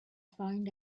find